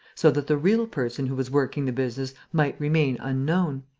so that the real person who was working the business might remain unknown.